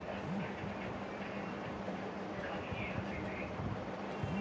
తెల్లదొరలు మనపైన వేసిన పన్నుల్ని కట్టమని మన నాయకులు అప్పట్లోనే వ్యతిరేకించారు